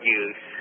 use